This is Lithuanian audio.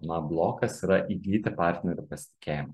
na blokas yra įgyti partnerių pasitikėjimą